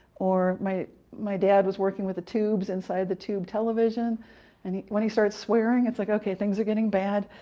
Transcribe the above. or when my dad was working with the tubes inside the tube television and he when he started swearing, it's like okay, things are getting bad,